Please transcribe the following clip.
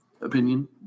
opinion